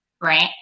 right